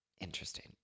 Interesting